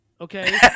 okay